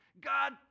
God